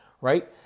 right